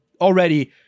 already